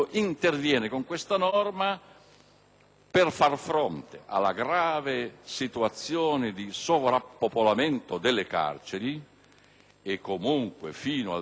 per far fronte alla grave situazione di sovrappopolamento delle carceri. E comunque fino al 31 dicembre 2010